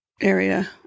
area